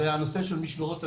זה הנושא של משמרות הזה"ב.